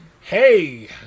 hey